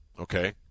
okay